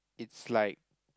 it's like